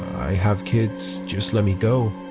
i have kids. just let me go,